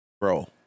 Bro